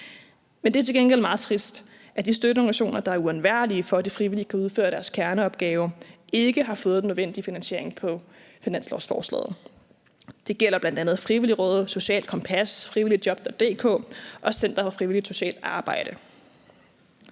Men det er til gengæld meget trist, at de støtteorganisationer, der er uundværlige, for at de frivillige kan udføre deres kerneopgaver, ikke har fået den nødvendige finansiering på finanslovsforslaget. Det gælder bl.a. Frivilligrådet, Socialtkompas.dk, Frivilligtjob.dk og Center for Frivilligt Socialt Arbejde.